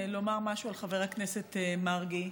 לומר משהו על חבר הכנסת מרגי,